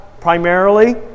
primarily